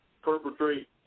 perpetrate